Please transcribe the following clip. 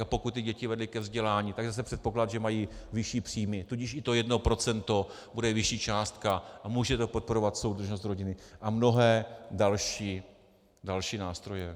A pokud ty děti vedli ke vzdělání, tak je zase předpoklad, že mají vyšší příjmy, tudíž i to 1 % bude vyšší částka a může to podporovat soudržnost rodiny a mnohé další nástroje.